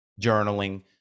Journaling